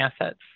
assets